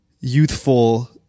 youthful